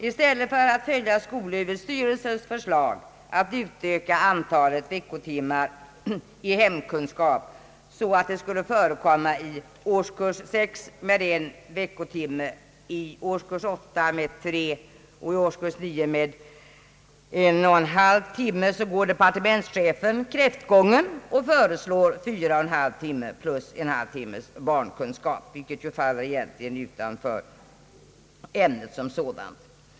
I stället för att följa skolöverstyrelsens förslag att utöka antalet veckotimmar i hemkunskap till att omfatta en veckotimme i årskurs 6, tre timmar i årskurs 8 och en och en halv timme i årskurs 9, så går departementschefen kräftgång och föreslår fyra och en halv timme plus en halv timmes barnkunskap, vilket egentligen faller utanför ämnet som sådant.